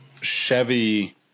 Chevy